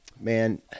man